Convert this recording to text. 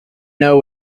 know